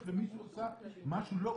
ומישהו עשה משהו שלא,